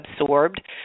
absorbed